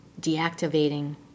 deactivating